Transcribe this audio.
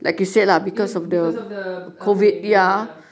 ini because of the uh apa ni benda ni ah